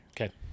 Okay